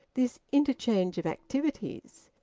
this interchange of activities,